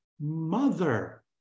mother